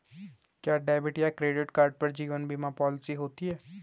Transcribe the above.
क्या डेबिट या credit card पर जीवन बीमा पॉलिसी होती है?